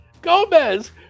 Gomez